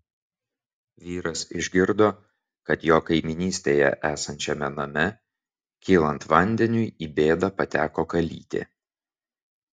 vyras išgirdo kad jo kaimynystėje esančiame name kylant vandeniui į bėdą pateko kalytė